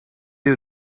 you